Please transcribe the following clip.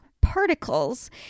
particles